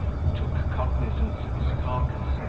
who took cognizance of his carcase,